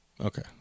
Okay